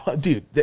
dude